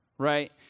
right